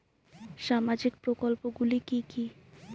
সামাজিক প্রকল্প গুলি কি কি?